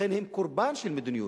לכן הם קורבן של מדיניות.